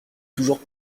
toujours